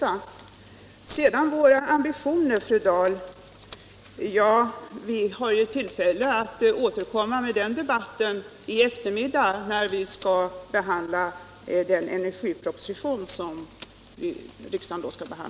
Vi har ju, fru Dahl, tillfälle att debattera våra ambitioner i fråga om energisparande i eftermiddag när vi skall behandla energipropositionen.